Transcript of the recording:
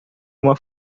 uma